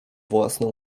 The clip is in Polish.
własną